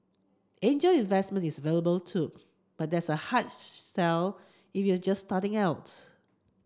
angel investment is available too but that's a hard sell if you're just starting out